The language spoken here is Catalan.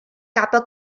capa